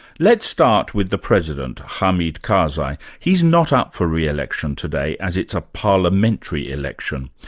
let's start with the president, hamid karzai. he's not up for re-election today as it's a parliamentary election.